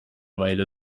weile